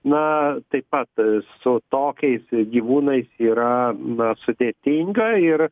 na taip pat su tokiais gyvūnais yra na sudėtinga ir